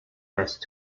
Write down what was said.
best